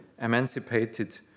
emancipated